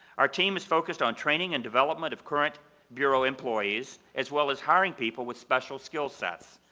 our team is focused on training and development of current bureau employees as well as hiring people with special skill sets.